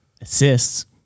assists